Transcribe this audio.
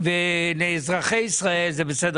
כאילו שברור שב-2024